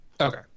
Okay